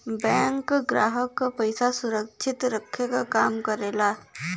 bank ग्राहक क पइसा सुरक्षित रखे क काम करला